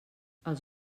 els